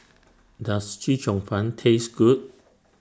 Does Chee Cheong Fun Taste Good